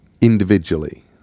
individually